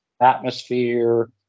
atmosphere